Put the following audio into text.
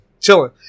chilling